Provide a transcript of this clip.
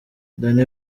dani